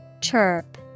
Chirp